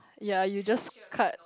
yea you just cut